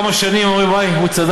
אחרי כמה שנים אומרים: וואי, הוא צדק.